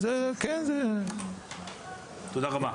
תודה רבה.